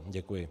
Děkuji.